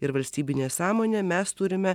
ir valstybinė sąmonė mes turime